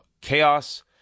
chaos